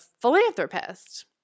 philanthropist